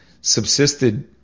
subsisted